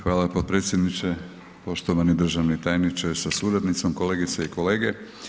Hvala potpredsjedniče, poštovani državni tajniče sa suradnicom, kolegice i kolege.